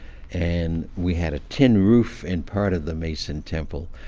and we had a tin roof in part of the mason temple.